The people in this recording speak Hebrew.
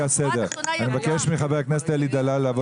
אני מבקש מחבר הכנסת אלי דלל לבוא